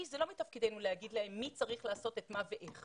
זה לא מתפקידנו לומר להם מי צריך לעשות מה ואיך.